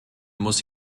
muss